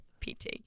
PT